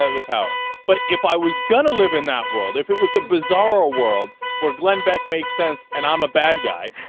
ah the tower but if i was gonna live in that world if it was a bizarre or world we're glenn beck make sense and i'm a bad guy